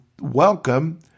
welcome